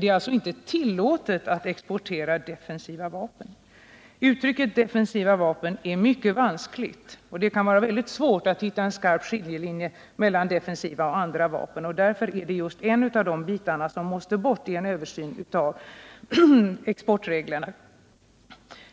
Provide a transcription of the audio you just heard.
Det är alltså inte tillåtet enligt riksdagens beslut 1971 att fritt exportera defensiva vapen. Uttrycket defensiva vapen är mycket vanskligt, och det kan vara svårt att hitta en skarp skiljelinje mellan defensiva och andra vapen. Därför är just den definitionen en av de bitar som måste tas bort i samband med en översyn av exportreglerna.